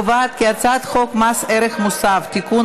הצעת חוק מס ערך מוסף (תיקון,